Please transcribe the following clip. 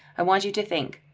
i want you to think,